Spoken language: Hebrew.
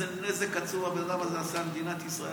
תבין איזה נזק עצום הבן אדם הזה עשה למדינת ישראל.